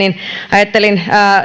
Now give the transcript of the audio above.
ajattelin